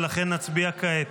ולכן נצביע כעת